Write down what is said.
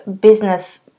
business